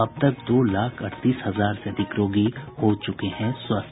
अब तक दो लाख अड़तीस हजार से अधिक रोगी हो चुके हैं स्वस्थ